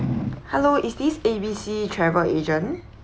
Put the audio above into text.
hello is this A_B_C travel agent